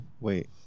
wait